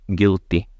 guilty